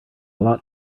lot